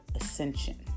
ascension